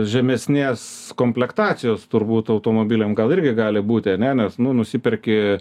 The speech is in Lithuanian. žemesnės komplektacijos turbūt automobiliam gal irgi gali būti ane nes nu nusiperki